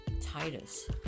Titus